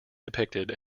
depicted